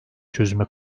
çözüme